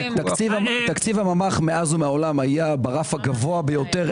תקציב הממ"ח מאז ומעולם היה ברף הגבוה ביותר.